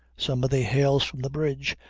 somebody hails from the bridge,